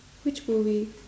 which movie